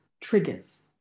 triggers